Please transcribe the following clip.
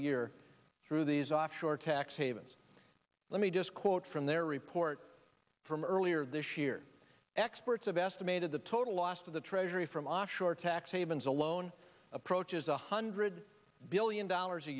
a year through these offshore tax havens let me just quote from their report from earlier this year experts of estimated the total lost of the treasury from offshore tax havens alone approaches one hundred billion dollars a